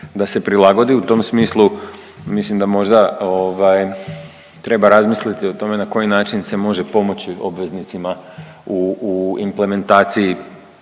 da se prilagodi. U tom smislu mislim da možda treba razmisliti o tome na koji način se može pomoći obveznicima u implementaciji